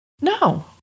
No